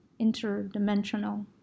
interdimensional